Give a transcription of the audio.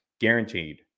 guaranteed